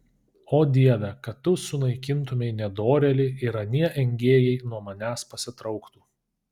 o dieve kad tu sunaikintumei nedorėlį ir anie engėjai nuo manęs pasitrauktų